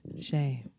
Shame